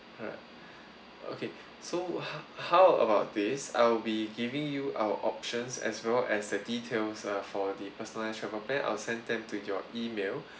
alright okay so h~ how about this I'll be giving you our options as well as the details uh for the personalised travel plans I'll send them to your email